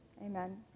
Amen